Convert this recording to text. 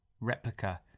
replica